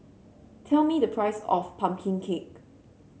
tell me the price of pumpkin cake